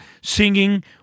singing